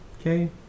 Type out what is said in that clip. okay